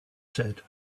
said